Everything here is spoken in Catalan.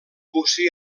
bocí